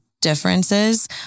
differences